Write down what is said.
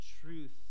truth